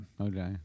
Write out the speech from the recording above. Okay